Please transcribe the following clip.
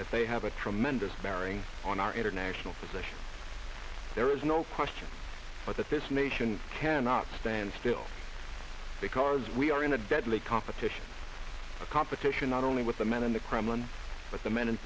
that they have a tremendous bearing on our international position there is no question but that this nation cannot stand still because we are in a deadly competition it's a competition not only with the man in the kremlin but the man